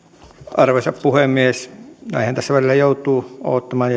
arvoisa puhemies näinhän tässä välillä joutuu odottamaan